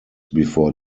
before